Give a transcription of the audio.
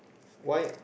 why